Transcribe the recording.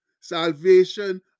salvation